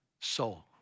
soul